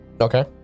okay